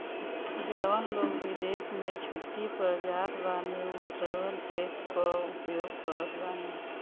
जवन लोग विदेश में छुट्टी पअ जात बाने उ ट्रैवलर चेक कअ उपयोग करत बाने